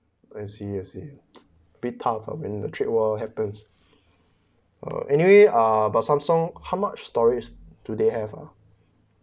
I see I see abit tough uh I meant the trade war happens uh anyway uh about samsung how much storage do they have uh